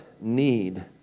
need